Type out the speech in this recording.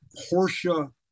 Porsche